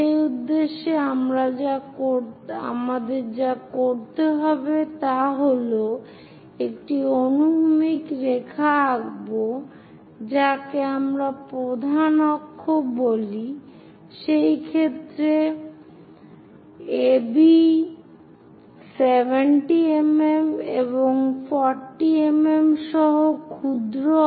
সেই উদ্দেশ্যে আমাদের যা করতে হবে তা হল একটি অনুভূমিক রেখা আঁকবো যাকে আমরা প্রধান অক্ষ বলি এই ক্ষেত্রে AB 70 mm এবং 40 mm সহ ক্ষুদ্র অক্ষ